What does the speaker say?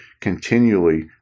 Continually